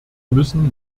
müssen